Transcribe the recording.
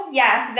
yes